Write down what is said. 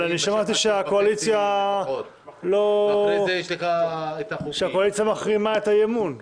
אבל שמעתי שהקואליציה מחרימה את האי-אמון.